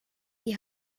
die